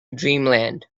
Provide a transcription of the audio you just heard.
dreamland